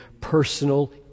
personal